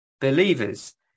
believers